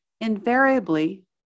invariably